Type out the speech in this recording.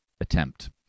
attempt